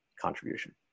contribution